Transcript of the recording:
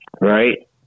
right